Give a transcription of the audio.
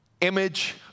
Image